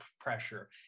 pressure